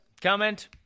comment